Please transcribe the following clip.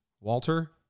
Walter